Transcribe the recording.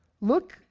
look